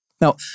Now